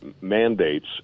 mandates